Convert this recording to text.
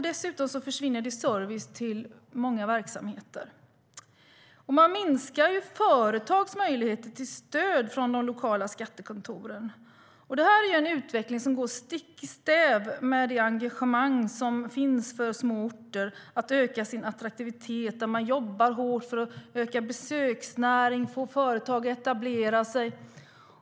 Dessutom försvinner det service till många verksamheter. Man minskar ett företags möjligheter till stöd från de lokala skattekontoren. Det är en utveckling som går stick i stäv med det engagemang som finns för små orter att öka sin attraktivitet, där man jobbar hårt för att öka besöksnäringen och få företag att etablera sig.